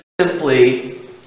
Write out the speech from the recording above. simply